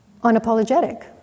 unapologetic